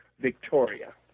Victoria